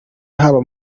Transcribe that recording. haba